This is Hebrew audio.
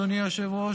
אדוני היושב-ראש,